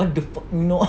what the fuck know